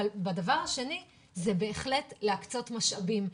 אבל הדבר השני זה בהחלט להקצות משאבים,